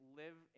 live